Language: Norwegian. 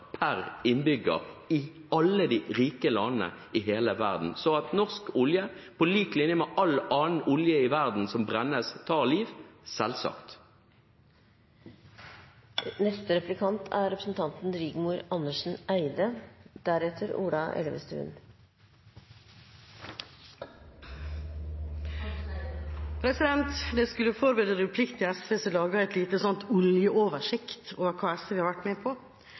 per innbygger. Norsk olje, på lik linje med all annen olje i verden som brennes, tar liv – selvsagt. Da jeg skulle forberede meg til replikk, laget jeg en liten oljeoversikt over hva SV har vært med på.